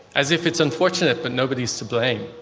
as if it's unfortunate, but nobody is to blame.